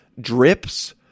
drips